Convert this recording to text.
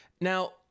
Now